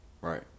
Right